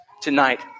tonight